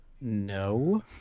No